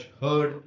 heard